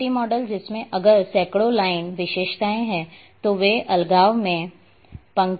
spaghetti model जिसमें अगर सैकड़ों लाइन विशेषताएं हैं तो वे अलगाव में पंक्तिबद्ध हैं